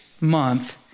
month